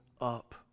up